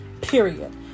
Period